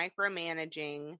micromanaging